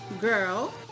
girl